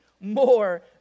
more